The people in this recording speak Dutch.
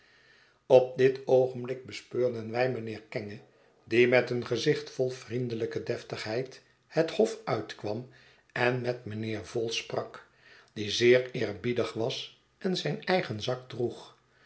op dit oogenblik bespeurden wij mijnheer kenge die met een gezicht vol vriendelijke deftigheid het hof uitkwam en met nüjnheer vholes sprak die zeer eerbiedig was en zijn eigen zak droeg